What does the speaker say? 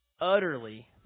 utterly